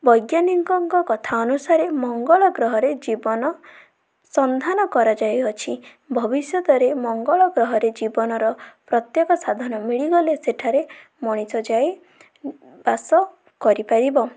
ବୈଜ୍ଞାନିକଙ୍କ କଥା ଅନୁସାରେ ମଙ୍ଗଳ ଗ୍ରହରେ ଜୀବନ ସନ୍ଧାନ କରାଯାଇଅଛି ଭବିଷ୍ୟତରେ ମଙ୍ଗଳ ଗ୍ରହରେ ଜୀବନର ପ୍ରତ୍ୟେକ ସାଧନ ମିଳିଗଲେ ସେଠାରେ ମଣିଷ ଯାଇ ବାସ କରିପାରିବ